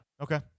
Okay